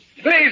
Please